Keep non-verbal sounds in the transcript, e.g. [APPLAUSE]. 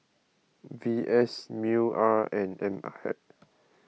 V S Mew R and M I [UNINTELLIGIBLE]